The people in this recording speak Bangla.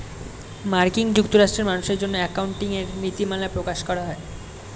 মার্কিন যুক্তরাষ্ট্রে মানুষের জন্য অ্যাকাউন্টিং এর নীতিমালা প্রকাশ করা হয়